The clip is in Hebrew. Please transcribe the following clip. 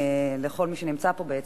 לכל מי שנמצא פה בעצם,